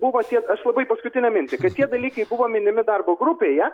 buvo tiek aš labai paskutinę mintį kai tie dalykai buvo minimi darbo grupėje